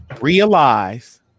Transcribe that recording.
realize